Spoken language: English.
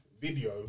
video